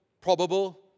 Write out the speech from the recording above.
probable